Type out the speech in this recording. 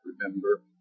remember